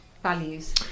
Values